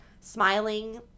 smiling